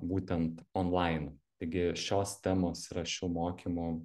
būtent onlainu taigi šios temos yra šių mokymų